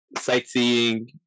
sightseeing